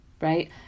right